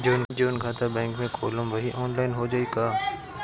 जवन खाता बैंक में खोलम वही आनलाइन हो जाई का?